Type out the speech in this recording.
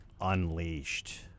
Unleashed